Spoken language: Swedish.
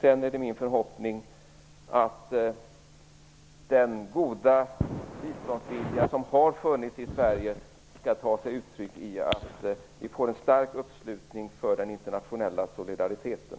Det är min förhoppning att den goda biståndsvilja som har funnits i Sverige skall ta sig uttryck i att vi får en stark uppslutning för den internationella solidariteten.